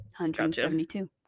172